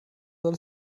soll